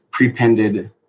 prepended